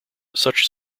such